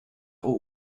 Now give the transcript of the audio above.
all